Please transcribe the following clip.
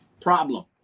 problem